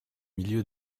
milieu